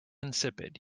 insipid